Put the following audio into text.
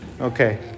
Okay